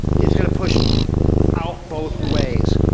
it's going to push out both ways.